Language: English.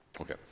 Okay